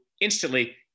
instantly